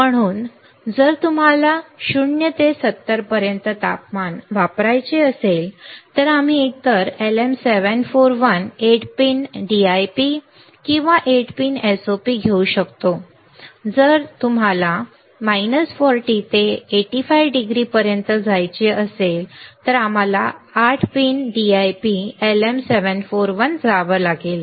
म्हणून जर तुम्हाला 0 ते 70 पर्यंत तापमान वापरायचे असेल तर आम्ही एकतर LM 741 8 पिन DIP किंवा 8 पिन SOP घेऊ शकतो तर जर तुम्हाला 40 ते 85 डिग्री पर्यंत जायचे असेल तर आम्हाला 8 पिन DIP LM 741 वर जावे लागेल